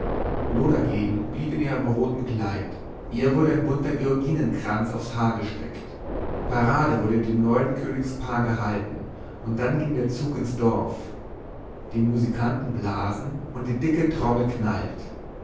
loo dagegen blieb in ihrem roten kleid ihr wurde ein bunter georginenkranz aufs haar gesteckt parade wurde vor dem neuen königspaar gehalten und dann ging der zug ins dorf die musikanten blasen und die dicke trommel knallt